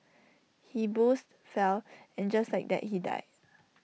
he boozed fell and just like that he died